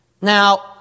Now